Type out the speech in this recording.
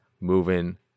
moving